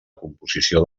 composició